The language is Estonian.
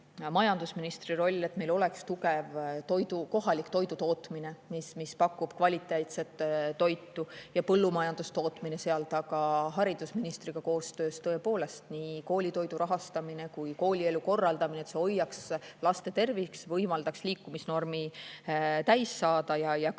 majandusministri roll on, et meil oleks tugev kohalik toidutootmine, mis pakub kvaliteetset toitu, ja põllumajandustootmine seal taga, haridusministriga koostöös nii koolitoidu rahastamine kui ka koolielu korraldamine, et see hoiaks laste tervist, võimaldaks liikumisnormi täis saada ja kõht